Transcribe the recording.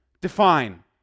Define